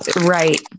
Right